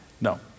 no